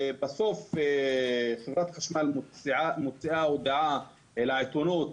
ובסוף חברת חשמל מוציאה הודעה אל העיתונות,